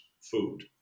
food